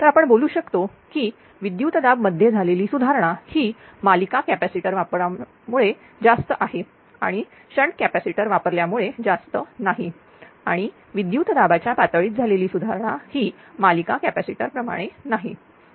तर आपण बोलू शकतो की विद्युत दाब मध्ये झालेली सुधारणा ही मालिका कॅपॅसिटर वापरल्यामुळे जास्त आहे आणि शंट कॅपॅसिटर वापरल्यामुळे जास्त नाही आणि विद्युत दाबाच्या पातळीत झालेली सुधारणा ही मालिका कॅपॅसिटर प्रमाणे नाही